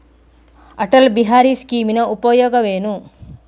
ಅಟಲ್ ಬಿಹಾರಿ ಸ್ಕೀಮಿನ ಉಪಯೋಗವೇನು?